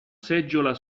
seggiola